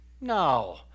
No